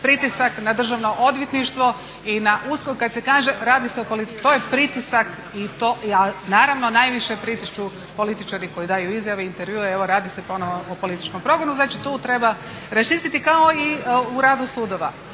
pritisak na Državno odvjetništvo i na USKOK kad se kaže radi se o …. To je pritisak, a naravno najviše pritišću političari koji daju izjave i intervjue. Evo radi se ponovo o političkom progonu, znači tu treba raščistiti kao i u radu sudova,